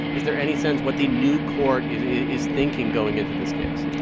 is there any sense what the new court is is thinking going into this case?